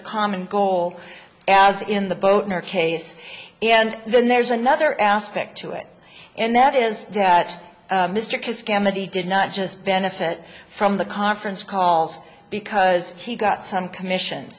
the common goal as in the boat in our case and then there's another aspect to it and that is that mr kiss cam that he did not just benefit from the conference calls because he got some commission